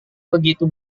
begitu